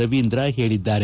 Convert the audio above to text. ರವೀಂದ್ರ ಹೇಳಿದ್ದಾರೆ